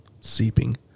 seeping